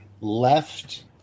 left